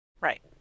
Right